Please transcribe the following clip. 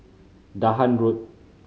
Dahan Road